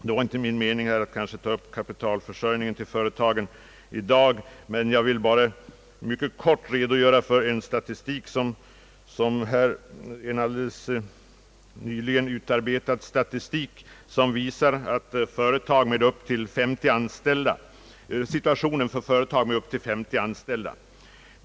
Det var inte min mening att i dag ta upp företagens kapitalförsörjning, men jag vill bara mycket kort nämna några siffror, som belyser situationen för företag med upp till 59 anställda.